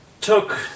took